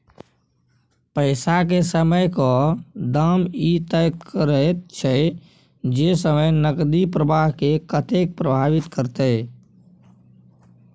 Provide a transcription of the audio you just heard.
पैसा के समयक दाम ई तय करैत छै जे समय नकदी प्रवाह के कतेक प्रभावित करते